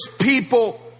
people